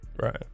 right